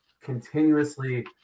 continuously